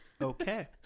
Okay